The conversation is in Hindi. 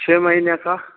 छः महीने का